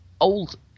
old